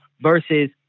Versus